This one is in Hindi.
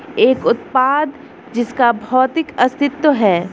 एक उत्पाद जिसका भौतिक अस्तित्व है?